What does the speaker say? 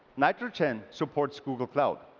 nitrogen supports google cloud.